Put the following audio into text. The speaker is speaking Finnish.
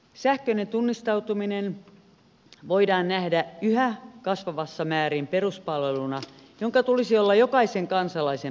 sähköinen tunnistautuminen voidaan nähdä yhä kasvavassa määrin peruspalveluna jonka tulisi olla jokaisen kansalaisen ulottuvilla